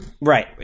Right